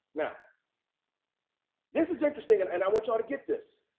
now this is interesting, um and i want you all to get this.